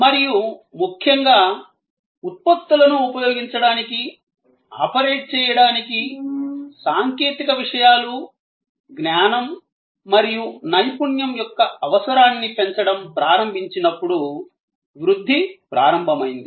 మరియు ముఖ్యంగా ఉత్పత్తులను ఉపయోగించడానికి ఆపరేట్ చేయడానికి సాంకేతిక విషయాలు జ్ఞానం మరియు నైపుణ్యం యొక్క అవసరాన్ని పెంచడం ప్రారంభించినప్పుడు వృద్ధి ప్రారంభమైంది